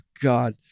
God